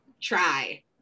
try